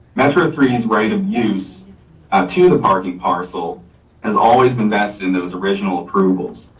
metro three's right of use to the parking parcel has always been vested in those original approvals.